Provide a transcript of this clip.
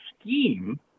scheme